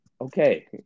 okay